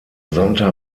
santa